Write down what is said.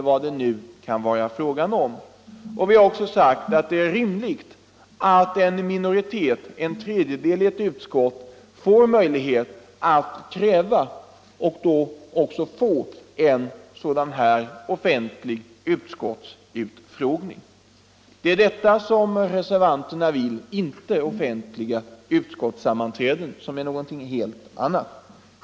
Vi har också sagt att det är rimligt att en minoritet, en tredjedel av ett utskott, får möjlighet att få till stånd en offentlig utskottsutfrågning. Det är detta som reservanterna vill och inte att införa offentliga utskottssammanträden, vilket är något helt annat.